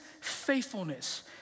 faithfulness